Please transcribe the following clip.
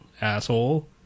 asshole